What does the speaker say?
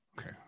okay